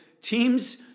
team's